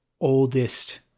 oldest